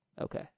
Okay